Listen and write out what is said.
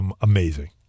amazing